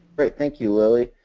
great, thank you, lily.